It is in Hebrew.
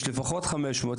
יש לפחות 500,